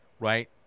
Right